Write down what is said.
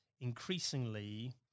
increasingly